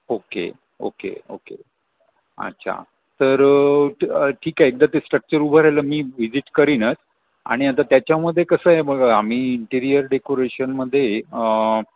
okay okay okay अच्छा तर ठीके एकदा ते स्ट्रक्चर उभं राहिलं मी विजिट करीनच आणि आता त्याच्यामध्ये कसं आहे बघा आम्ही इंटिरिअर डेकोरेशनमध्ये